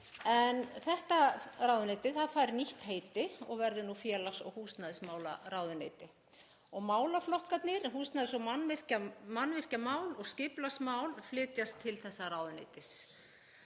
en þetta ráðuneyti fær nýtt heiti og verður nú félags- og húsnæðismálaráðuneyti; málaflokkarnir húsnæðis- og mannvirkjamál og skipulagsmál flytjast til þessa ráðuneytis.